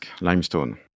limestone